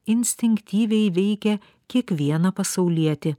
instinktyviai veikia kiekvieną pasaulietį